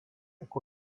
ako